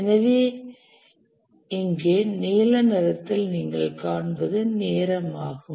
எனவே இங்கே நீல நிறத்தில் நீங்கள் காண்பது நேரம் ஆகும்